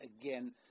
again